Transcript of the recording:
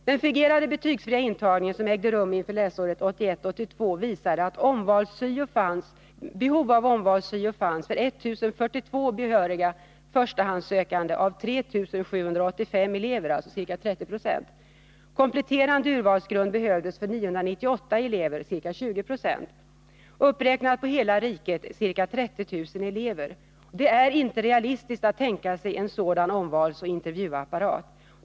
Den fingerade betygsfria intagning som ägde rum inför läsåret 1981/82 visade att behov av omvals-syo fanns för 1042 behöriga förstahandssökande av 3785 elever, alltså ca 30 20. Kompletterande urvalsgrund behövdes för 998 elever, dvs. ca 20 20. Uppräknat på hela riket innebär det ca 30 000 elever. Det är inte realistiskt att tänka sig en sådan omvalsoch intervjuapparat.